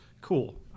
Cool